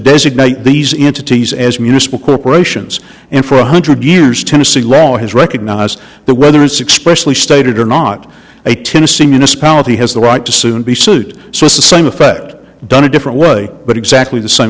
designate these entities as municipal corporations and for one hundred years tennessee law has recognized the whether it's expression he stated or not a tennessee municipality has the right to soon be sued so it's the same effect done a different way but exactly the same